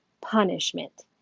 punishment